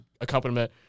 accompaniment